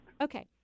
Okay